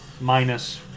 Minus